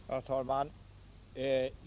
Fru talman!